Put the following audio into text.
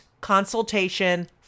consultation